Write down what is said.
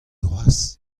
cʼhoazh